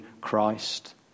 Christ